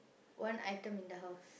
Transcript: one item in the house